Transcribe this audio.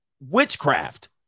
witchcraft